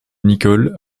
nicole